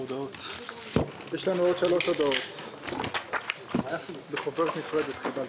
יש לנו עוד שלוש הודעות בחוברת נפרדת.